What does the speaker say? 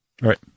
Right